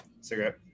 cigarette